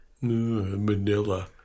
Manila